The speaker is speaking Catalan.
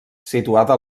situada